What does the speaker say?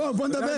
בוא, בוא נדבר.